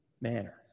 manner